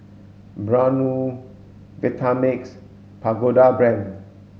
Braun Vitamix Pagoda Brand